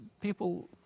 people